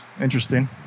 interesting